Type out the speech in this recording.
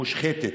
מושחתת,